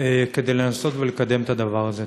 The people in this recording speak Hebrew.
כדי לנסות לקדם את הדבר הזה.